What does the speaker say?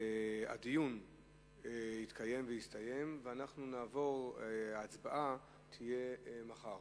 הדיון התקיים והסתיים וההצבעה תהיה מחר.